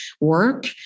work